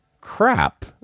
Crap